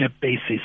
basis